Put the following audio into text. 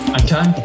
okay